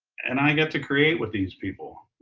and i get to create with these people,